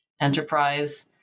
enterprise